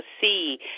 see